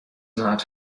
not